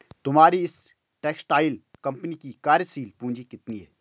तुम्हारी इस textile company की कार्यशील पूंजी कितनी है?